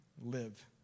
live